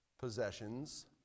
possessions